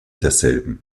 derselben